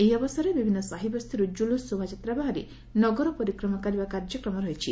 ଏହି ଅବସରରେ ବିଭିନ୍ନ ସାହିବସ୍ତିରୁ ଜୁଲୁସ୍ ଶୋଭାଯାତ୍ରା ବାହାରି ନଗର ପରିକ୍ରମା କରିବା କାର୍ଯ୍ୟକ୍ରମ ରହିଛି